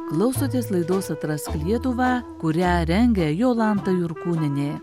klausotės laidos atrask lietuvą kurią rengia jolanta jurkūnienė